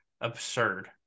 absurd